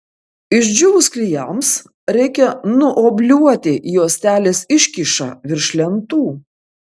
išdžiūvus klijams reikia nuobliuoti juostelės iškyšą virš lentų